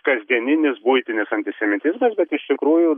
kasdieninis buitinis antisemitizmas bet iš tikrųjų